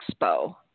Expo